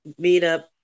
meetup